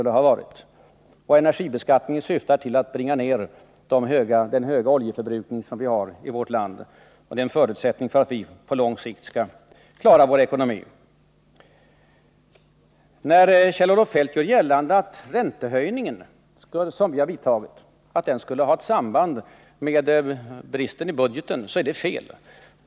Energibeskattningen syftar till att bringa ner den höga oljeförbrukning som vi har i vårt land, och det är en förutsättning för att vi på lång sikt skall klara vår ekonomi. När Kjell-Olof Feldt gör gällande att räntehöjningarna skulle ha ett samband med bristen i budgeten har han fel.